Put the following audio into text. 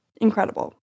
incredible